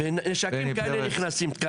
נשקים כאלה נכנסים.